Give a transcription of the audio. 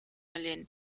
million